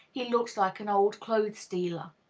he looks like an old-clothes dealer.